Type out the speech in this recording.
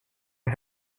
and